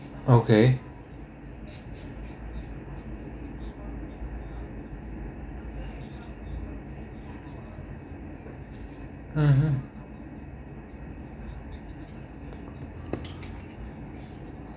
okay mmhmm